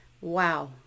Wow